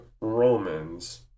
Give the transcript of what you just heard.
Romans